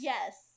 Yes